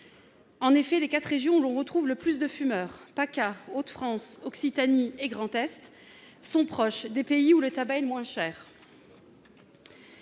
En effet, les quatre régions où l'on trouve le plus de fumeurs- PACA, Hauts-de-France, Occitanie et Grand Est -sont proches de pays où le tabac est le moins cher.